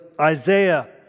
Isaiah